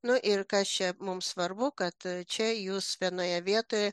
nu ir kas čia mums svarbu kad čia jūs vienoje vietoje